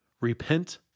Repent